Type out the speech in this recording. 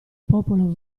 popolo